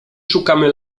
szukamy